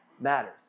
matters